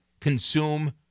consume